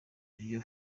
iryo